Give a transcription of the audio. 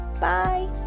Bye